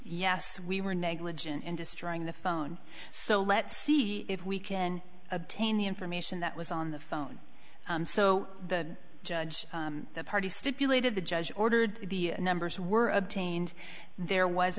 yes we were negligent in destroying the phone so let's see if we can obtain the information that was on the phone so the judge the party stipulated the judge ordered the numbers were obtained there was